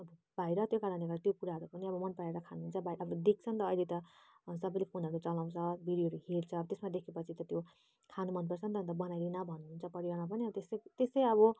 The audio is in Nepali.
पाएर त्यो कारणले गर्दा त्यो कुराहरू पनि अब मनपराएर खानुहुन्छ अब बा अब देख्छ नि त अहिले त सबैले फोनहरू चलाउँछ भिडियोहरू हेर्छ त्यसमा देखेपछि त त्यो खानु मनपर्छ नि त अन्त बनाइदे न भन्नुहुन्छ परिवारमा पनि त्यस्तै त्यस्तै अब